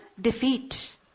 defeat